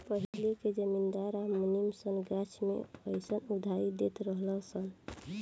पहिले के जमींदार आ मुनीम सन गाछ मे अयीसन उधारी देत रहलन सन